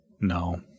No